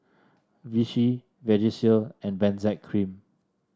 Vichy Vagisil and Benzac Cream